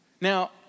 Now